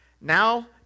Now